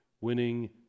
winning